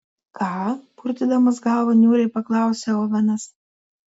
ką purtydamas galvą niūriai paklausė ovenas